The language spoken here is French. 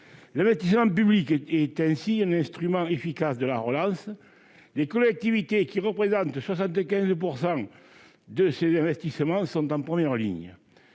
L'investissement public est un instrument efficace de la relance. Les collectivités, qui représentent 75 % de ces investissements, sont en première ligne.